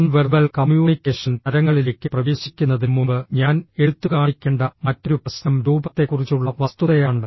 non verbal communication തരങ്ങളിലേക്ക് പ്രവേശിക്കുന്നതിന് മുമ്പ് ഞാൻ എടുത്തുകാണിക്കേണ്ട മറ്റൊരു പ്രശ്നം രൂപത്തെക്കുറിച്ചുള്ള വസ്തുതയാണ്